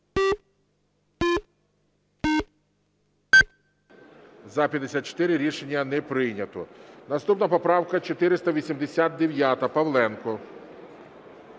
За-56 Рішення не прийнято. Наступна поправка 896, Павленко.